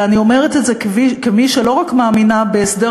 ואני אומרת את זה כמי שלא רק מאמינה בהסדר